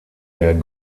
der